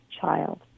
child